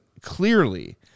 clearly